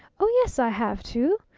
oh, yes, i have too!